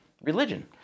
religion